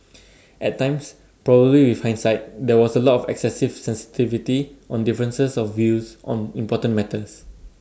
at times probably with hindsight there was A lot of excessive sensitivity on differences of views on important matters